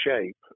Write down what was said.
shape